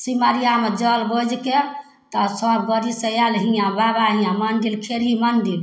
सिमरियामे जल बोझिके तऽ सभ गाड़ीसे आएल हिआँ बाबा हिआँ मन्दिर खेड़ी मन्दिर